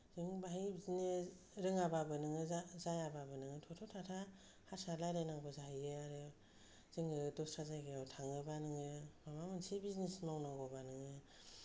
जों बाहाय बिदिनो रोङाबाबो नोङो जा जायाबाबो नोङो थथ' थाथा हारसा रायलायनांगौ जायो जोङो दस्रा जायगायाव थाङोबा नोङो माबा मोनसे बिजनेस मावनांगौबा नोङो